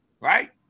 right